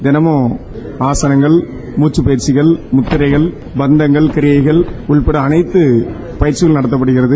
தினமும் ஆசனங்கள் மூக்க பயிற்சிகள் முத்திரைகள் வர்ணங்கள் உள்ளிட்ட அனைத்து பயிற்சிகளும் அளிக்கப்படுகிறது